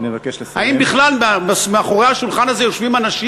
האם בכלל מאחורי השולחן הזה יושבים אנשים